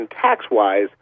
tax-wise